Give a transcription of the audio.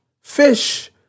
fish